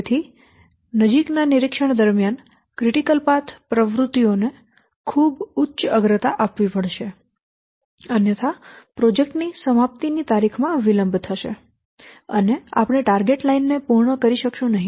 તેથી નજીકના નિરીક્ષણ દરમિયાન ક્રિટિકલ પાથ પ્રવૃત્તિઓને ખૂબ ઉચ્ચ અગ્રતા આપવી પડશે અન્યથા પ્રોજેક્ટ ની સમાપ્તિની તારીખ માં વિલંબ થશે અને આપણે ટાર્ગેટ લાઈન ને પૂર્ણ કરી શકીશું નહી